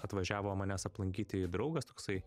atvažiavo manęs aplankyti draugas toksai